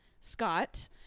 Scott